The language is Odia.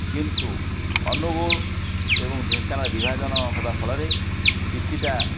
କିନ୍ତୁ ଅନୁଗୁଳ ଏବଂ ଢେଙ୍କାନାଳ ବିଭାଜନ ହେବା ଫଳରେ କିଛିଟା